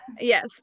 Yes